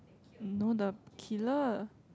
no the killer